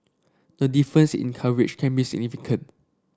the difference in coverage can be significant